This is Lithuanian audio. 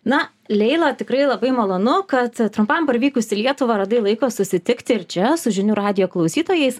na leila tikrai labai malonu kad trumpam parvykus į lietuvą radai laiko susitikti ir čia su žinių radijo klausytojais